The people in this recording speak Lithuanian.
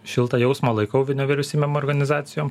šiltą jausmą laikau vno nevyriausybinėm organizacijom